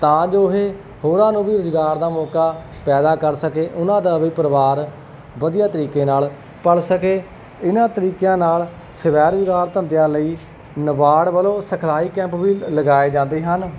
ਤਾਂ ਜੋ ਇਹ ਹੋਰਾਂ ਨੂੰ ਵੀ ਰੁਜ਼ਗਾਰ ਦਾ ਮੌਕਾ ਪੈਦਾ ਕਰ ਸਕੇ ਉਹਨਾਂ ਦਾ ਵੀ ਪਰਿਵਾਰ ਵਧੀਆ ਤਰੀਕੇ ਨਾਲ ਪਲ ਸਕੇ ਇਹਨਾਂ ਤਰੀਕਿਆਂ ਨਾਲ ਸਵੈ ਰੁਜ਼ਗਾਰ ਧੰਦਿਆਂ ਲਈ ਨਾਬਾਰਡ ਵੱਲੋਂ ਸਿਖਲਾਈ ਕੈਂਪ ਵੀ ਲਗਾਏ ਜਾਂਦੇ ਹਨ